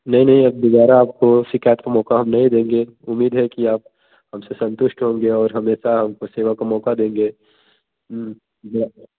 नहीं नहीं अब दोबारा आपको शिकायत का मौका हम नहीं देंगे उम्मीद है कि आप हमसे संतुष्ट होंगे और हमेशा हमको सेवा का मौका देंगे